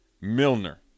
Milner